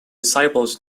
disciples